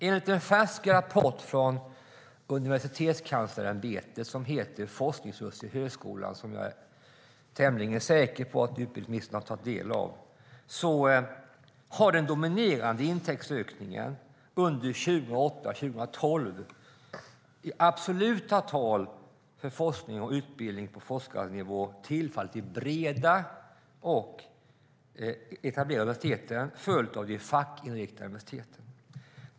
Enligt en färsk rapport från Universitetskanslersämbetet, Forskningsresurser i högskolan , som jag är tämligen säker på att utbildningsministern tagit del av, har den dominerande intäktsökningen i absoluta tal för forskning och utbildning på forskarnivå 2008-2012 tillfallit de breda och etablerade universiteten, följt av de fackinriktade universiteten.